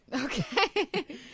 Okay